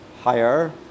higher